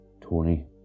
Tony